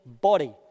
body